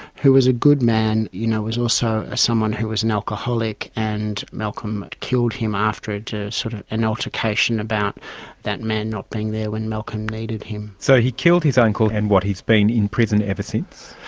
who was a good man, you know was also someone who was an alcoholic, and malcolm killed him after sort of an altercation about that man not being there when malcolm needed him. so he killed his uncle and, what, he's been in prison ever since?